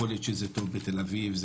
יכול להיות שזה עוזר בתל אביב,